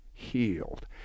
healed